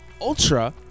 Ultra